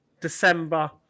december